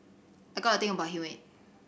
I got a thing about humid